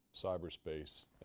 cyberspace